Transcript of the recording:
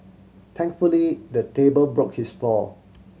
thankfully the table broke his fall